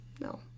No